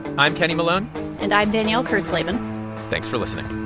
i'm kenny malone and i'm danielle kurtzleben thanks for listening